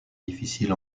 difficiles